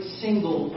single